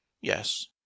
Yes